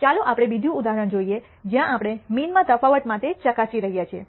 ચાલો આપણે બીજું ઉદાહરણ જોઈએ જ્યાં આપણે મીનમાં તફાવત માટે ચકાસી રહ્યા છીએ